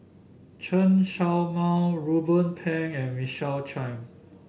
Chen Show Mao Ruben Pang and Michael Chiang